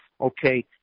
Okay